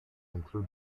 include